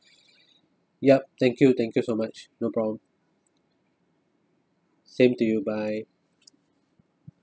yup thank you thank you so much no problem same to you bye